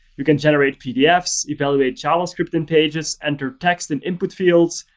you can generate pdfs, evaluate javascript in pages, enter text in input fields,